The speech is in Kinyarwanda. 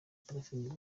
parfine